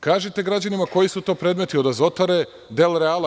Kažite građanima koji su to predmeti od Azotare i Delreala?